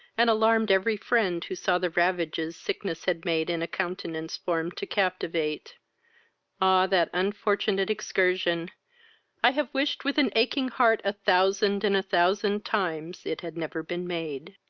and alarmed every friend who saw the ravages sickness had made in a countenance formed to captivate ah! that unfortunate excursion i have wished with an aching heart a thousand and a thousand times it had never been made.